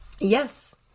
Yes